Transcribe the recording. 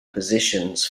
positions